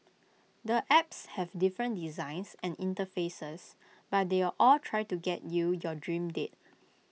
the apps have different designs and interfaces but they all try to get you your dream date